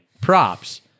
props